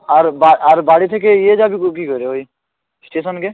আর বা আর বাড়ি থেকে ইয়ে যাবি কো কী করে ওই স্টেশনকে